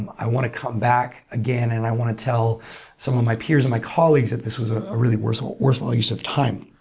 and i want to come back again, and i want to tell some of my peers and my colleagues that this was a ah really worthwhile worthwhile use of time.